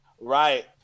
right